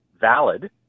valid